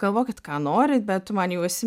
galvokit ką norit bet tu man jau esi